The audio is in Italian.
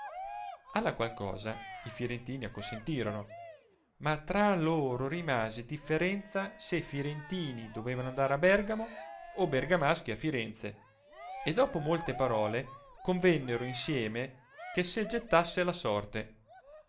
alla qual cosa i firentini acconsentirono ma tra loro rimase differenza se firentini dovevano andar a bergamo o bergamaschi a firenze e dopo molte parole convennero insieme che se gettasse la sorte